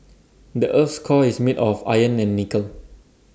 the Earth's core is made of iron and nickel